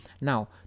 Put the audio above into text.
Now